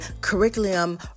curriculum